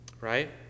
Right